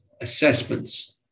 assessments